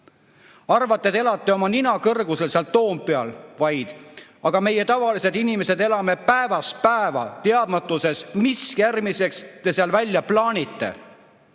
Arvate, et elate oma nina kõrgusel seal Toompeal vaid, aga meie, tavalised inimesed, elame päevast päeva teadmatuses, mis järgmiseks te seal välja plaanite.